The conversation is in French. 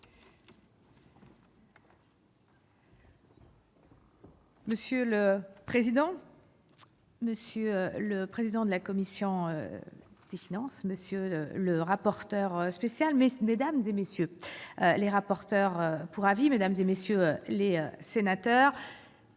Monsieur le président, monsieur le président de la commission des finances, monsieur le rapporteur spécial, madame, messieurs les rapporteurs pour avis, mesdames, messieurs les sénateurs,